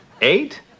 Eight